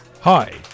Hi